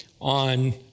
on